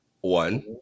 One